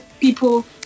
people